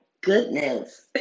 goodness